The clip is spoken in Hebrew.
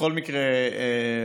בכל מקרה,